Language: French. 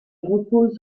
repose